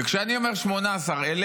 וכשאני אומר: 18,000,